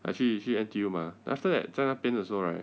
actually 你去 N_T_U mah then after that 在那边的时候 right